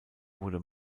wurde